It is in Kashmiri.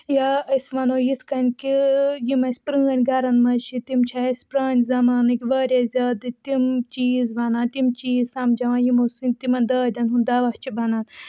یا أسۍ وَنو یِتھ کنۍ کہِ یِم اَسہِ پرٲنی گَرَن مَنٛز چھِ تِم چھِ اَسہِ پرانہِ زَمانٕکۍ واریاہ زیادٕ تِم چیٖز وَنان تِم چیٖز سَمجاوان یِمو سۭتۍ تِمَن دادٮ۪ن ہُنٛد دَوا چھُ بَنان